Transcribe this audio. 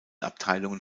abteilungen